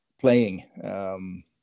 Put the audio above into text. playing